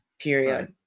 period